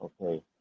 Okay